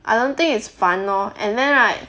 I don't think it's 烦 lor and then right